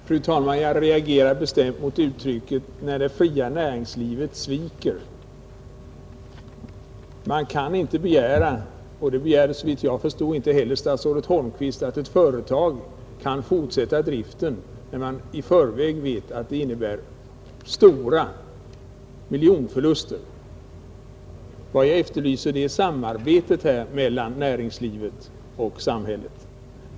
Fru talman! Jag reagerar bestämt mot uttrycket ”när det fria näringslivet sviker”. Man kan inte begära — såvitt jag förstår begär inte heller statsrådet Holmqvist det — att ett företag skall fortsätta driften, när ledningen i förväg vet att det innebär miljonförluster. Vad jag efterlyser här är ett samarbete mellan näringsliv och samhälle.